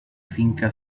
finca